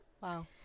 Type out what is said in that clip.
Wow